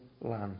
land